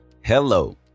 hello